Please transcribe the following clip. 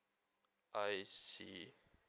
I see